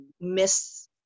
miss